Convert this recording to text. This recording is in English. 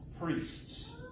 priests